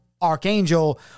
archangel